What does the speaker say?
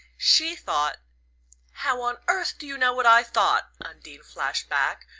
she thought how on earth do you know what i thought? undine flashed back,